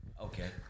Okay